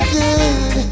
good